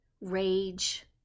rage